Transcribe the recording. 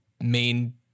main